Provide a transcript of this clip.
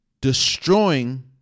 Destroying